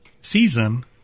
season